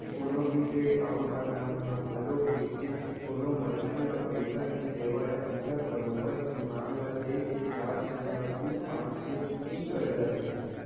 कोनो भी सेठ साहूकार मन ह घलोक अइसने कोनो मनखे ल पइसा नइ देवय ओखर बरोबर ईमान ल देख के चार झन ल पूछ पाछ के ही करजा देथे